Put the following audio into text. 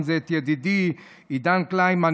אם זה את ידידי עידן קליימן,